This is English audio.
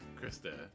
Krista